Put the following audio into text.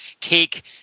take